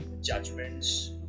judgments